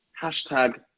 hashtag